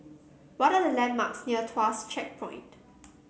what are the landmarks near Tuas Checkpoint